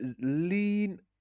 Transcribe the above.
lean